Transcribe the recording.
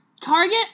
Target